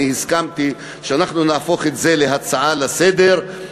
אני הסכמתי שאנחנו נהפוך את זה להצעה לסדר-היום.